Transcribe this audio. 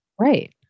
Right